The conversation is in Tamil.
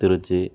திருச்சி